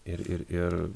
ir ir ir